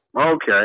Okay